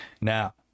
Now